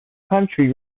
country